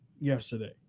yesterday